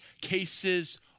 cases